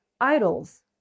idols